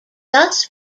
thus